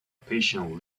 patient